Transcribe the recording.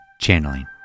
channeling